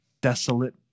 desolate